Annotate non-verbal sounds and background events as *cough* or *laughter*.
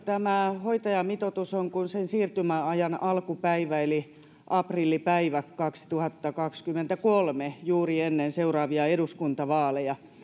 *unintelligible* tämä hoitajamitoitus on kuin sen siirtymäajan alkupäivä eli aprillipäivä kaksituhattakaksikymmentäkolme juuri ennen seuraavia eduskuntavaaleja